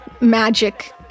magic